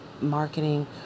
marketing